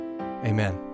amen